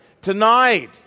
tonight